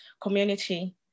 community